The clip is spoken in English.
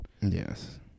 Yes